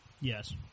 Yes